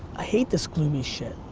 i hate this gloomy shit.